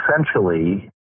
essentially